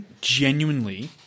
genuinely